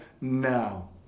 now